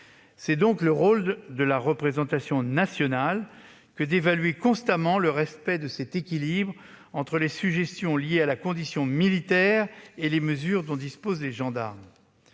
C'est donc le rôle de la représentation nationale que d'évaluer constamment le respect de l'équilibre entre les sujétions liées à la condition militaire et les mesures dont bénéficient les gendarmes.